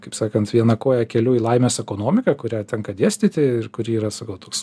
kaip sakant vieną koją keliu į laimės ekonomiką kurią tenka dėstyti ir kuri yra sakau toks